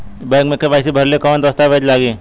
Bank मे KYC भरेला कवन दस्ता वेज लागी?